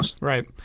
Right